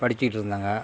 படிச்சிக்கிட்டுருந்தாங்க